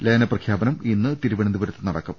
ലയനപ്രഖ്യാപനം ഇന്ന് തിരുവനന്തപുരത്ത് നട ക്കും